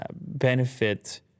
benefit